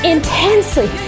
Intensely